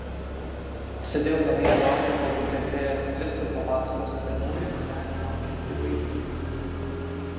sėdėjau namie ir laukiau kol kokia fėja atskris ir papasakos apie naują manęs laukiantį vaidmenį